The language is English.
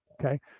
Okay